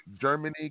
Germany